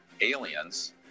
aliens